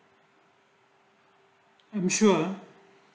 i sure